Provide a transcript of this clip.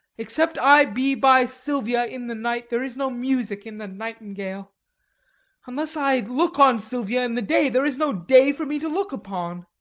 except i be by silvia in the night, there is no music in the nightingale unless i look on silvia in the day, there is no day for me to look upon.